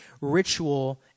ritual